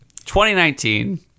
2019